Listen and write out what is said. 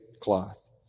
cloth